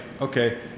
okay